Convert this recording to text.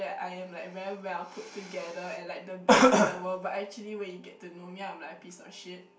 that I'm like very well put together and like the best in the world but actually when you get to know me I'm like a piece of shit